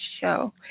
show